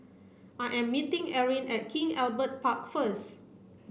I am meeting Eryn at King Albert Park first